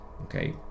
okay